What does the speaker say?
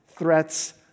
threats